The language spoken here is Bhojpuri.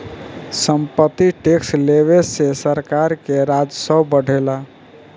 सम्पत्ति टैक्स लेवे से सरकार के राजस्व बढ़ेला